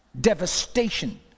devastation